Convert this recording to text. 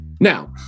Now